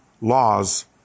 laws